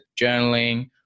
journaling